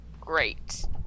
Great